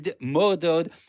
murdered